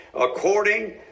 According